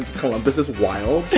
columbus is wild,